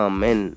Amen